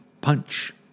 punch